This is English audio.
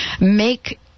make